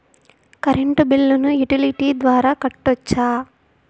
Current బిల్లును utility ద్వారా కట్టొచ్చా?